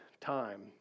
time